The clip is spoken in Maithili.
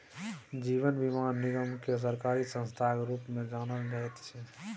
जीवन बीमा निगमकेँ सरकारी संस्थाक रूपमे जानल जाइत छै